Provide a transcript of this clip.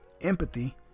empathy